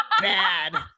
bad